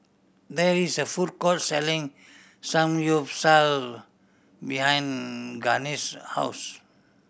there is a food court selling Samgyeopsal behind Gaines' house